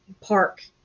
park